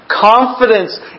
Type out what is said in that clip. confidence